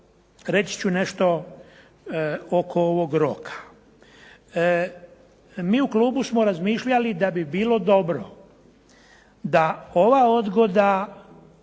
reći ću nešto oko ovog roka. Mi u klubu smo razmišljali da bi bilo dobro da ova odgoda